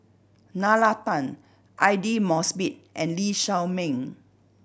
Nalla Tan Aidli Mosbit and Lee Shao Meng